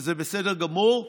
וזה בסדר גמור,